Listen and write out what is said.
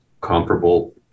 comparable